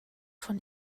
von